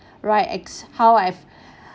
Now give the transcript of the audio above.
right is how I